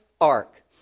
ark